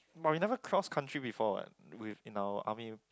but we never cross country before [what] with in our army